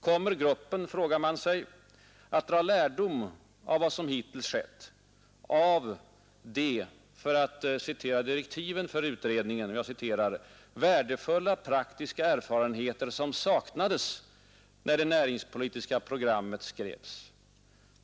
Kommer gruppen, frågar man sig, att dra lärdom av vad som hittills skett av de — för att citera direktiven för utredningen — ”värdefulla praktiska erfarenheter som saknades när det näringspolitiska programmet skrevs”?